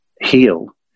heal